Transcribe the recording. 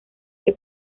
que